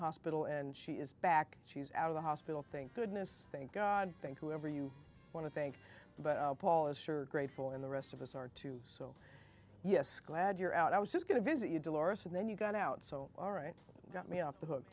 hospital and she is back she's out of the hospital thing goodness thank god thank whoever you want to thank but paul is sure grateful and the rest of us are too so yes glad you're out i was just going to visit you dolores and then you got out all right got me off the